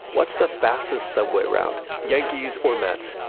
what's the fastest subway route? yankees or mets,